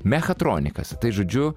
mechatronikas tai žodžiu